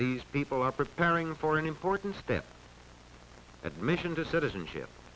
these people are preparing for an important step at mission to citizenship